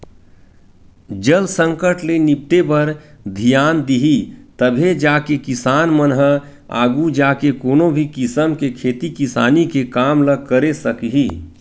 जल संकट ले निपटे बर धियान दिही तभे जाके किसान मन ह आघू जाके कोनो भी किसम के खेती किसानी के काम ल करे सकही